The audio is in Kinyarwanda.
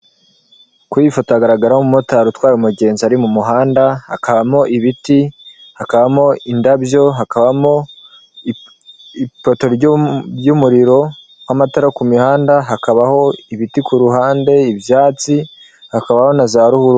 Ku ifoto haragaragaraho umumotari utwaye umugenzi ari mu muhanda hakabamo ibiti, hakabamo indabyo hakabamo ipoto by'umuriro w'amatara ku mihanda, hakabaho ibiti kuhande, ibyatsi hakabaho naza ruhurura.